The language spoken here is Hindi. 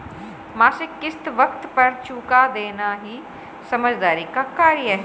मासिक किश्त वक़्त पर चूका देना ही समझदारी का कार्य है